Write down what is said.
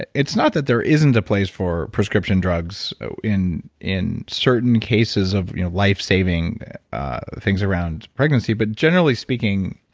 and it's not that there isn't a place for prescription drugs in in certain cases of life saving things around pregnancy. but generally speaking,